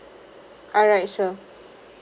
alright sure